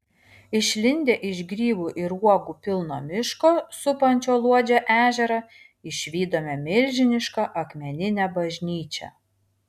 išlindę iš grybų ir uogų pilno miško supančio luodžio ežerą išvydome milžinišką akmeninę bažnyčią